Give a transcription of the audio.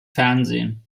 fernsehen